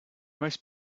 most